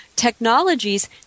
technologies